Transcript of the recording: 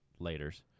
laters